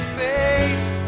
face